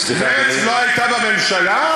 סליחה, אדוני, מרצ לא הייתה בממשלה?